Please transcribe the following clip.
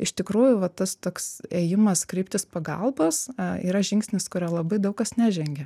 iš tikrųjų va tas toks ėjimas kreiptis pagalbos yra žingsnis kurio labai daug kas nežengia